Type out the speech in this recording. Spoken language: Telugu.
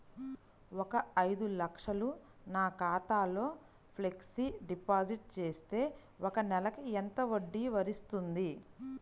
ఒక ఐదు లక్షలు నా ఖాతాలో ఫ్లెక్సీ డిపాజిట్ చేస్తే ఒక నెలకి ఎంత వడ్డీ వర్తిస్తుంది?